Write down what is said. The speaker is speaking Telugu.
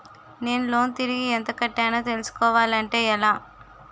నేను లోన్ తిరిగి ఎంత కట్టానో తెలుసుకోవాలి అంటే ఎలా?